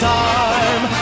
time